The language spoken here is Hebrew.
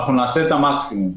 אנחנו נעשה את המקסימום.